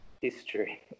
history